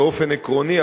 באופן עקרוני,